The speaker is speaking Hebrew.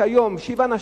כשהיום שבעה אנשים,